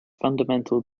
fundamental